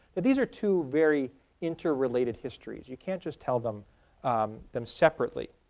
these are two very interrelated histories. you can't just tell them um them separately.